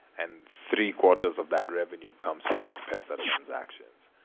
and three-quarters of that revenue comes from m-pesa transactions.